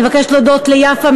אני מבקשת להודות ליפה,